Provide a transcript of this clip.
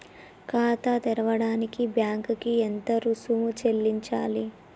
ఖాతా తెరవడానికి బ్యాంక్ కి ఎంత రుసుము చెల్లించాలి?